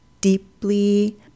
deeply